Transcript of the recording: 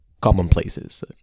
commonplaces